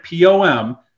POM